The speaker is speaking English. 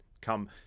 come